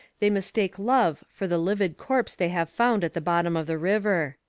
they mistake love for the livid corpse they have found at the bottom of the river.